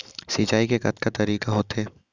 सिंचाई के कतका तरीक़ा होथे?